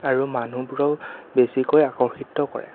আৰু মানুহবোৰক বেছিকৈ আকৰ্ষিত কৰে